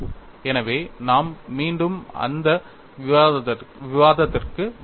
எனவே நாம் மீண்டும் அந்த விவாதத்திற்கு வர வேண்டும்